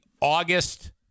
August